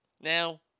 now